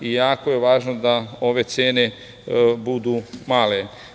Jako je važno da ove cene budu male.